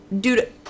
dude